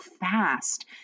fast